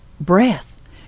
breath